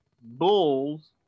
Bulls